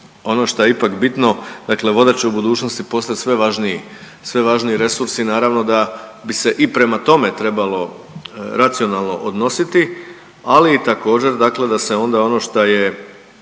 ono šta je ipak bitno, dakle voda će u budućnosti postati sve važniji, sve važniji resursi i naravno da bi se i prema tome trebalo racionalno odnositi, ali i također dakle da se onda ono šta je